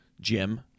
Jim